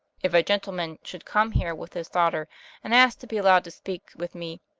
if a gentleman should come here with his daughter and ask to be allowed to speak with me,